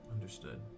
Understood